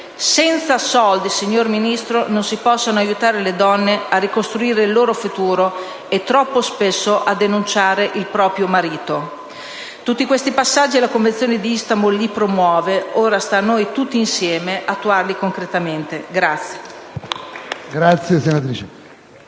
senza soldi, signora Ministro, non si possono aiutare le donne a ricostruire il loro futuro e molto spesso a denunciare il proprio marito. Tutti questi passaggi la Convenzione di Istanbul li promuove; ora sta a noi, tutti insieme, attuarli concretamente.